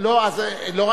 לא נוכח?